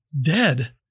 dead